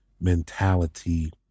mentality